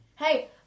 Hey